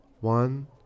One